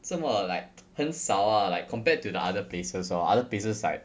这么 like 很少 ah like compared to the other places lor other places like